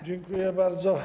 Dziękuję bardzo.